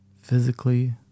Physically